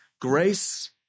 grace